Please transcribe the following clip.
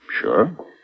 Sure